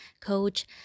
coach